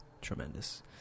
Tremendous